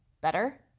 better